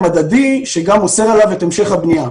הדדי שגם אוסר עליו את המשך הבנייה.